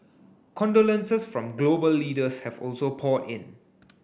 condolences from global leaders have also poured in